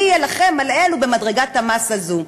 מי יילחם על אלו במדרגת המס הזאת.